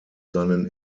seinen